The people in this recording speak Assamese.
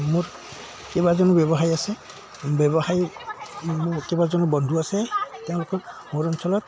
মোৰ কেইবাজনো ব্যৱসায় আছে ব্যৱসায় মোৰ কেইবাজনো বন্ধু আছে তেওঁলোকক মোৰ অঞ্চলত